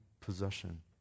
possession